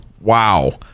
wow